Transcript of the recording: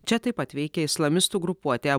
čia taip pat veikė islamistų grupuotė